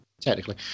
Technically